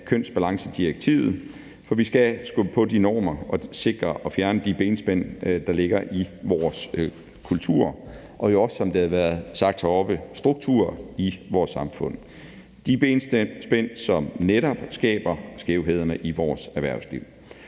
kønsbalancedirektivet. For vi skal skubbe på de normer og sikre at fjerne de benspænd, der ligger i vores kultur og, som det jo også har været sagt heroppe, struktur i vores samfund; de benspænd, som netop skaber skævhederne i vores erhvervsliv.